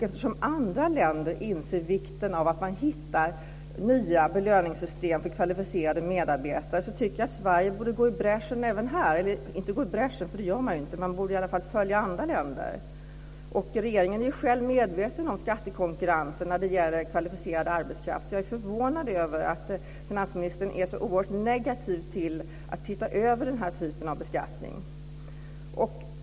Eftersom andra länder inser vikten av nya belöningssystem för kvalificerade medarbetare borde Sverige, inte gå i bräschen men man borde i alla fall följa andra länder. Regeringen är ju medveten om skattekonkurrensen när det gäller kvalificerad arbetskraft, så jag är förvånad över att finansministern är så oerhört negativ till att se över denna typ av beskattning.